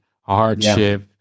hardship